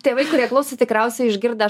tėvai kurie klauso tikriausiai išgirdę